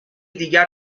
دیگر